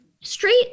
Straight